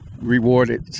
rewarded